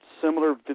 similar